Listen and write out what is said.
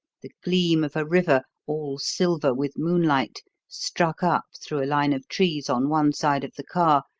the gleam of a river all silver with moonlight struck up through a line of trees on one side of the car,